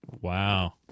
Wow